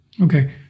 Okay